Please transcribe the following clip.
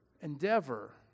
endeavor